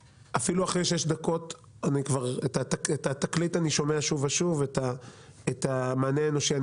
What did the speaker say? אפילו אחרי שש דקות שמעתי שוב ושוב את התקליט ולא קיבלתי מענה אנושי.